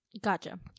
gotcha